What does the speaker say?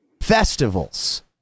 festivals